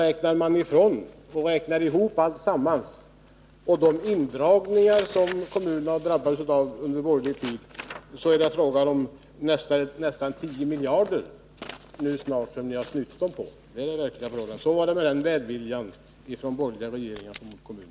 Räknar man ihop de indragningar som kommunerna har drabbats av under borgerlig regeringstid, finner man att det nu snart är fråga om 10 miljarder kronor. Så var det med den välviljan mot kommunerna från de borgerliga regeringarnas sida.